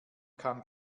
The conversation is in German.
kann